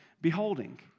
beholding